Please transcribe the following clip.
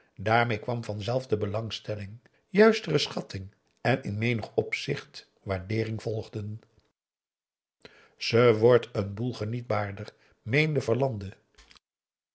daarmee kwam vanzelf de belangstelling juistere schatting en in menig opzicht waardeering volgden ze wordt n boel genietbaarder meende verlande